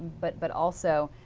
but but also